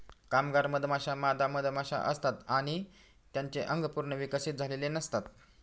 कामगार मधमाश्या मादा मधमाशा असतात आणि त्यांचे अंग पूर्ण विकसित झालेले नसतात